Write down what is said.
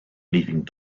leaving